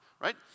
right